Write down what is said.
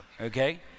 okay